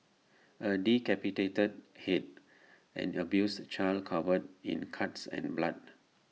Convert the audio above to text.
A decapitated Head an abused child covered in cuts and blood